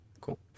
cool